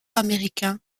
américain